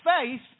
faith